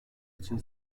için